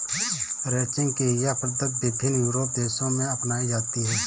ranching की यह पद्धति विभिन्न यूरोपीय देशों में अपनाई जाती है